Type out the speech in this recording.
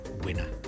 winner